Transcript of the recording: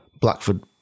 Blackford